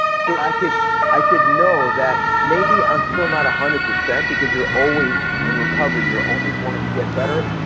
so i could i could know that maybe i'm still not a hundred percent because you're always in recovery, you're always wanting to get better,